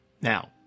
Now